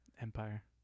Empire